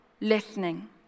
listening